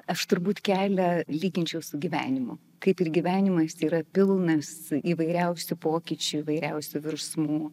aš turbūt kelią lyginčiau su gyvenimu kaip ir gyvenimais yra pilnas įvairiausių pokyčių įvairiausių virsmų